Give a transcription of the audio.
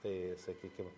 tai sakykim